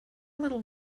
little